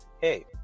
hey